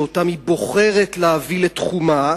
שאותם היא בוחרת להביא לתחומה: